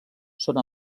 són